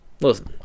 listen